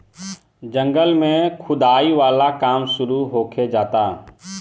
जंगल में खोदाई वाला काम शुरू होखे जाता